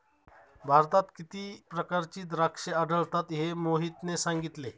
भारतात किती प्रकारची द्राक्षे आढळतात हे मोहितने सांगितले